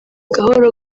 gahoro